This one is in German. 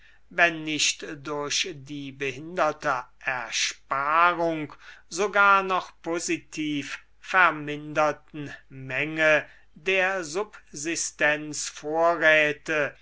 wenn nicht durch die behinderte ersparung sogar noch positiv verminderten menge der